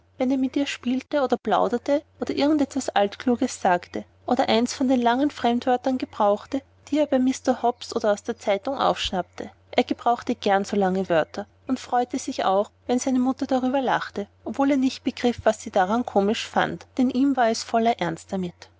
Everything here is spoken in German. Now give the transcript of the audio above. wenn er mit ihr spielte oder plauderte oder irgend etwas altkluges sagte oder eins von den langen fremdwörtern gebrauchte die er bei mr hobbs oder aus der zeitung aufschnappte er gebrauchte gern so lange wörter und er freute sich auch wenn seine mama darüber lachte obwohl er nicht begriff was sie daran komisch fand denn ihm war es voller ernst damit